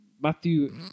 Matthew